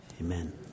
Amen